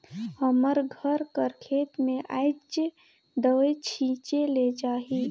हमर घर कर खेत में आएज दवई छींचे ले जाही